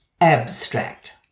Abstract